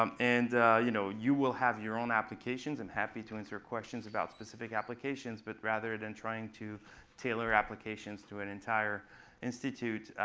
um and you know you will have your own applications. i'm and happy to answer questions about specific applications. but rather than trying to tailor applications to an entire institute,